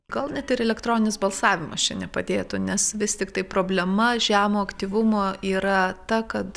gal net ir elektroninis balsavimas čia nepadėtų nes vis tiktai problema žemo aktyvumo yra ta kad